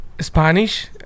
Spanish